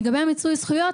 לגבי מיצוי הזכויות,